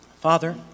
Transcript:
Father